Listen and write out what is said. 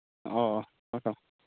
ꯑꯣ ꯍꯣꯏ ꯍꯣꯏ